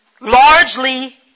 largely